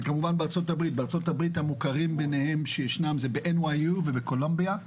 וכמובן בארה"ב בארה"ב המוכרים שישנם הם ב-NYU ובקולומביה,